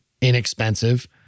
inexpensive